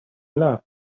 love